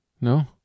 No